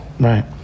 Right